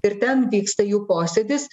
ir ten vyksta jų posėdis